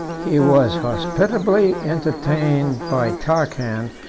he was hospitably entertained by takhan,